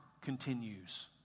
continues